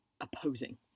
opposing